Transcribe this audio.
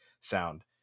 sound